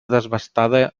desbastada